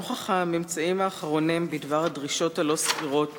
נוכח הממצאים האחרונים בדבר הדרישות הלא-סבירות